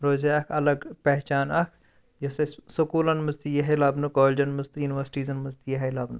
روزِ ہا اکھ الَگ پیٚہچان اکھ یۄس اَسہِ سکوٗلَن مَنٛز تہِ یی ہے لَبنہٕ کالجَن مَنٛز تہٕ یُنورسٹیٖزَن مَنٛز تہِ یی ہے لَبنہٕ